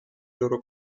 loro